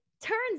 turns